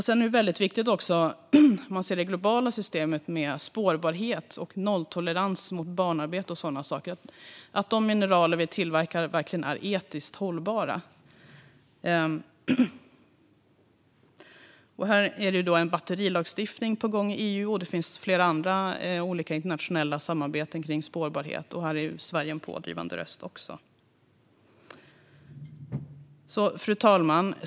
Sedan är det väldigt viktigt, om man ser till det globala systemet med spårbarhet och nolltolerans mot barnarbete, att tillverkningen med de mineraler vi bryter verkligen är etiskt hållbar. Det är en batterilagstiftning på gång i EU, och det finns flera andra internationella samarbeten kring spårbarhet. Här är Sverige också en pådrivande röst. Fru talman!